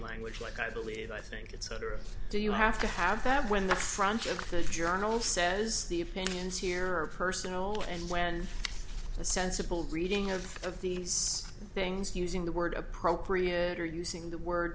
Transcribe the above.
language like i believe i think it's do you have to have that when the front of the journal says the opinions here are personal and when a sensible reading of of these things using the word appropriate or using the word